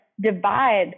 divide